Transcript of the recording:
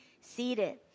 seated